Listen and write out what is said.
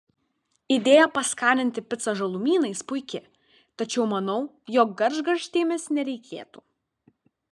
idėja paskaninti picą žalumynais puiki tačiau manau jog gražgarstėmis nereikėtų